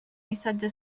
missatge